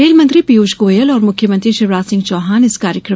rail मंत्री पीयूष गोयल और मुख्यमंत्री शिवराज सिंह चौहान इस कार्यक्रम में मौजूद थे